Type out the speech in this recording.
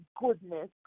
goodness